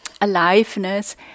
aliveness